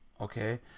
okay